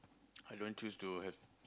I don't choose to have